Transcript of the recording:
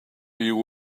you